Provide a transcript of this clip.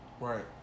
Right